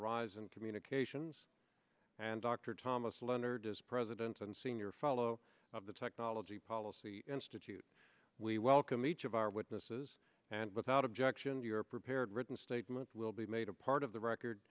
a rise in communications and dr thomas leonard is president and senior fellow of the technology policy institute we welcome each of our witnesses and without objection your prepared written statement will be made a part of the record